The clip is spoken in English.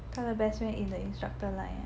他的 best friend in the instructor like ah